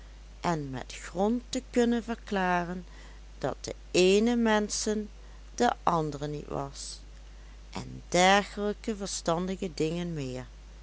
en met grond te kunnen verklaren dat de eene mensen de andere niet was en dergelijke verstandige dingen meer